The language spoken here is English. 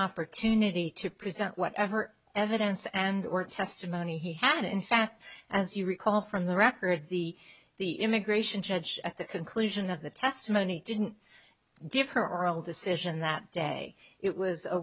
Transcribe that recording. opportunity to present whatever evidence and or testimony he had in fact as you recall from the record the the immigration judge at the conclusion of the testimony didn't give her oral decision that day it was a